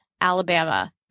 Alabama –